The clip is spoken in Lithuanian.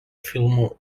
filmų